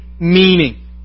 Meaning